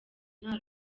nta